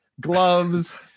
gloves